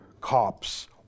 cops